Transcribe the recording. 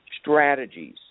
strategies